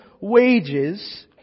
wages